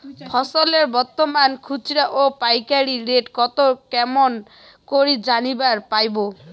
ফসলের বর্তমান খুচরা ও পাইকারি রেট কতো কেমন করি জানিবার পারবো?